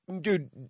dude